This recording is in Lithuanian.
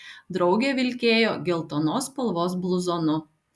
draugė vilkėjo geltonos spalvos bluzonu